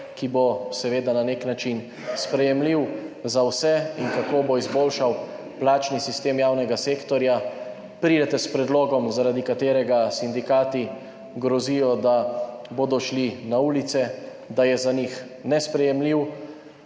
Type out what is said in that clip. ki bo seveda na nek način sprejemljiv za vse in kako bo izboljšal plačni sistem javnega sektorja, pridete s predlogom, zaradi katerega sindikati grozijo, da bodo šli na ulice, da je za njih nesprejemljiv.